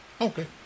Okay